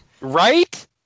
Right